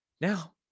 Now